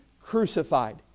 crucified